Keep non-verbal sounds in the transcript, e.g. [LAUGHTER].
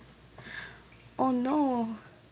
[BREATH] oh no